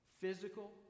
physical